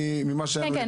תודה.